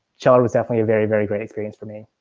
scheller was definitely a very, very great experience for me.